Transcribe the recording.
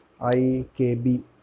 IKB